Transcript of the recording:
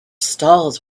stalls